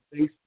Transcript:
Facebook